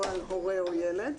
לא על הורה או ילד,